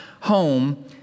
home